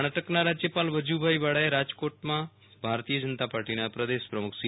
કર્ણાટકના રાજ્યપાલ વજુભાઈવાળાએ રાજકોટમાં ભાજપના પ્રદેશ પ્રમુખ સી